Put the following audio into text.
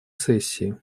сессии